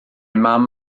mam